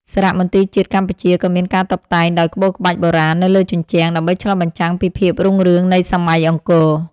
សារមន្ទីរជាតិកម្ពុជា ក៏មានការតុបតែងដោយក្បូរក្បាច់បុរាណនៅលើជញ្ជាំង ដើម្បីឆ្លុះបញ្ចាំងពីភាពរុងរឿងនៃសម័យអង្គរ។